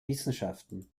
wissenschaften